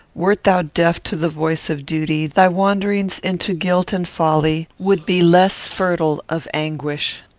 wert thou deaf to the voice of duty, thy wanderings into guilt and folly would be less fertile of anguish.